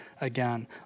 again